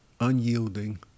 unyielding